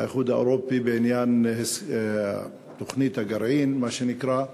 והאיחוד האירופי בעניין תוכנית הגרעין, מה שנקרא,